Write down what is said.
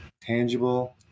tangible